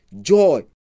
joy